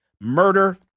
murder